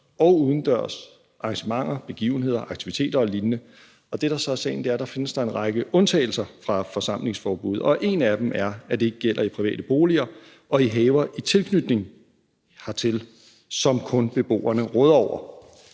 og udendørs arrangementer, begivenheder, aktiviteter og lignende. Det, der så er sagen, er, at der findes en række undtagelser fra forsamlingsforbuddet, og en af dem er, at det ikke gælder i private boliger og i haver i tilknytning hertil, som kun beboerne råder over.